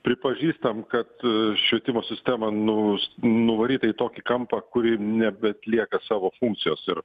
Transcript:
pripažįstam kad švietimo sistema nu nuvaryta į tokį kampą kuri nebeatlieka savo funkcijos ir